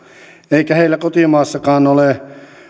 eikä heillä kotimaassakaan ole